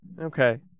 okay